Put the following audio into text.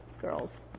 girls